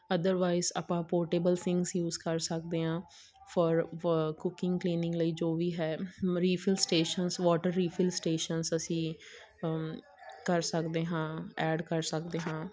otherwise ਆਪਾਂ portable things use ਕਰ ਸਕਦੇ ਹਾਂ ਫੋਰ ਬ ਕੁਕਿੰਗ ਕਲੀਨਿੰਗ ਲਈ ਜੋ ਵੀ ਹੈ ਮਰੀਫੀਅਲ ਸਟੇਸ਼ਨਸ ਵੋਟਰ ਰੀਫਿਲ ਸਟੇਸ਼ਨਸ ਅਸੀਂ ਕਰ ਸਕਦੇ ਹਾਂ ਐਡ ਕਰ ਸਕਦੇ ਹਾਂ